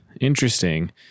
Interesting